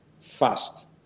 fast